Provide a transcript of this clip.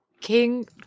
king